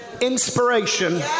Inspiration